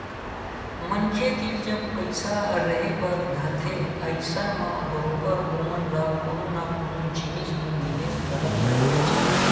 मनखे तीर जब पइसा रेहे बर धरथे अइसन म बरोबर ओमन ल कोनो न कोनो जिनिस म निवेस करत रहिना चाही